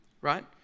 right